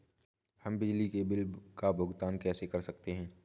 हम बिजली के बिल का भुगतान कैसे कर सकते हैं?